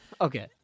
Okay